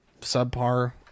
subpar